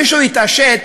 מישהו יתעשת,